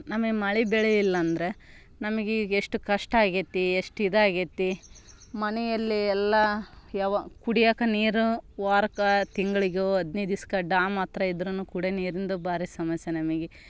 ನಮಗೆ ಮಳೆ ಬೆಳೆಯಿಲ್ಲ ಅಂದ್ರೆ ನಮಗೀಗ ಎಷ್ಟು ಕಷ್ಟ ಆಗೇತಿ ಎಷ್ಟು ಇದಾಗೈತಿ ಮನೆಯಲ್ಲಿ ಎಲ್ಲ ಯಾವ ಕುಡಿಯೋಕ್ಕೆ ನೀರು ವಾರಕ್ಕೆ ತಿಂಗಳಿಗೋ ಹದ್ನೈದು ದಿಸ್ಕ ಡಾಮ್ ಹತ್ರ ಇದ್ರೂ ಕುಡಿ ನೀರಿಂದು ಭಾರಿ ಸಮಸ್ಯೆ ನಮಗೆ